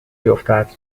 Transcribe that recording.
بیفتد